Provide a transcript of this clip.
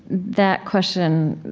that question